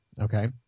okay